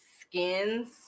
skins